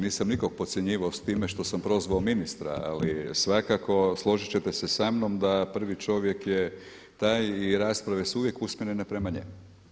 Nisam nikoga podcjenjivao s time što sam prozvao ministra, ali svakako složit ćete se sa mnom da prvi čovjek je taj i rasprave su uvijek usmjerene prema njemu.